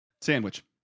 Sandwich